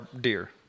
deer